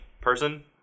person